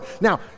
Now